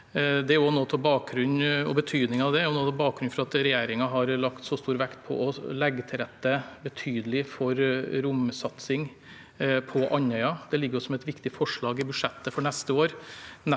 det er noe av bakgrunnen for at regjeringen har lagt så stor vekt på å legge betydelig til rette for romsatsing på Andøya. Det ligger som et viktig forslag i budsjettet for neste år